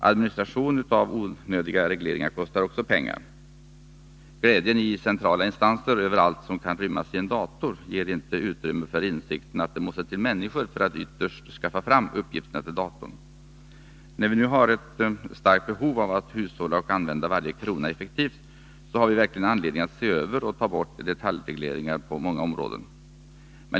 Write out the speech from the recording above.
Administration av onödiga regleringar kostar också pengar. Glädjen i centrala instanser över allt som kan rymmas i en dator ger inte utrymme för insikten att det ytterst måste till människor för att skaffa fram uppgifterna till datorn. När vi nu har ett starkt behov av att hushålla och att använda varje krona effektivt har man verkligen anledning att se över och ta bort detaljregleringar på många områden.